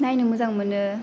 नायनो मोजां मोनो